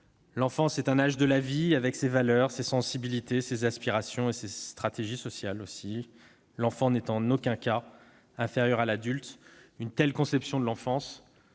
L'enfance est un âge de la vie, avec ses valeurs, ses sensibilités, ses aspirations et ses stratégies sociales. L'enfant n'est en aucun cas inférieur à l'adulte : une telle conception de l'enfance